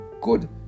good